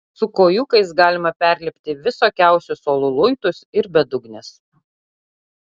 su kojūkais galima perlipti visokiausius uolų luitus ir bedugnes